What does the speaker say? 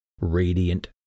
radiant